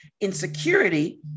insecurity